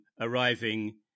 arriving